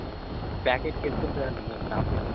ఒక ప్యాకెట్కి ఎంతుంటుందండి మరి షాప్ల